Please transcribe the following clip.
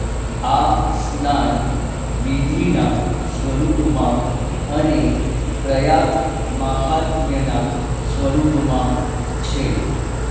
આ સ્નાન વિધિનાં સ્વરૂપમાં અને પ્રયાગ મહાત્મ્યનાં સ્વરૂપમાં છે